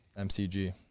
MCG